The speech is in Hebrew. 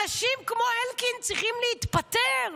אנשים כמו אלקין צריכים להתפטר.